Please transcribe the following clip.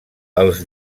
els